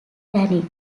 granite